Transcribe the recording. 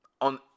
on